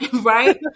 right